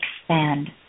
expand